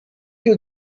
you